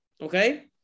Okay